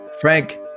Frank